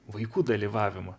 vaikų dalyvavimą